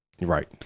Right